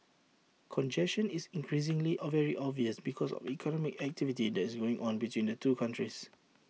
congestion is increasingly A very obvious because of economic activity that is going on between the two countries